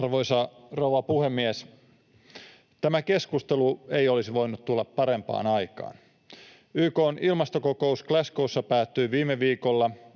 Arvoisa rouva puhemies! Tämä keskustelu ei olisi voinut tulla parempaan aikaan. YK:n ilmastokokous Glasgow’ssa päättyi viime viikolla.